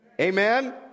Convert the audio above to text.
Amen